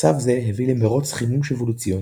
מצב זה הביא ל"מרוץ חימוש" אבולוציוני,